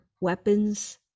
weapons